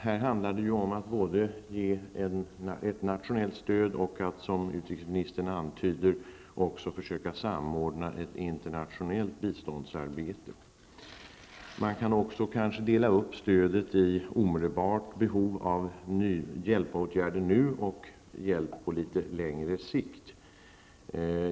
Här handlar det om att ge ett nationellt stöd och också -- som utrikesministern antydde -- att försöka samordna ett internationellt biståndsarbete. Vidare kan man kanske dela upp stödet i omedelbara hjälpåtgärder och hjälp på litet längre sikt.